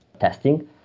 testing